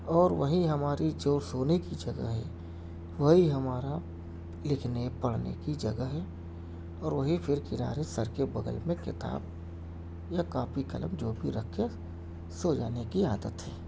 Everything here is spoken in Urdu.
اور وہی ہماری جو سونے کی جگہ ہے وہی ہمارا لکھنے پڑھنے کی جگہ ہے اور وہی پھر کنارے سر کے بغل میں کتاب یا کاپی قلم جو بھی رکھ کے سو جانے کی عادت ہے